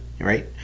right